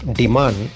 demand